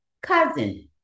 Cousin